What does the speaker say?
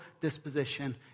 disposition